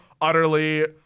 utterly